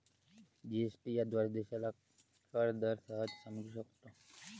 GST याद्वारे देशाला कर दर सहज समजू शकतो